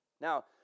Now